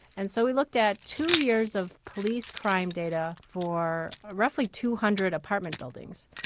and so we looked at two years of police crime data for roughly two hundred apartment buildings,